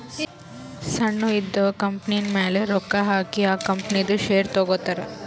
ಸಣ್ಣು ಇದ್ದಿವ್ ಕಂಪನಿಮ್ಯಾಲ ರೊಕ್ಕಾ ಹಾಕಿ ಆ ಕಂಪನಿದು ಶೇರ್ ತಗೋತಾರ್